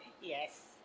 yes